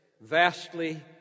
vastly